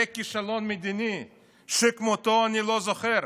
זה כישלון מדיני שכמותו אני לא זוכר,